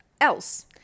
else